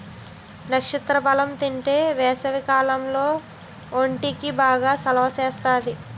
నక్షత్ర ఫలం తింతే ఏసవికాలంలో ఒంటికి బాగా సలవ సేత్తాది